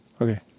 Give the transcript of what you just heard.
Okay